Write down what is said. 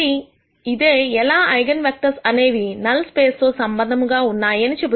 కాబట్టి ఇదే ఎలా ఐగన్ వెక్టర్స్ అనేవి నల్ స్పేస్ తో సంబంధముగా ఉన్నాయి అని